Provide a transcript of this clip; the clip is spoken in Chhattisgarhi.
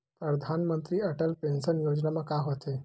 परधानमंतरी अटल पेंशन योजना मा का होथे?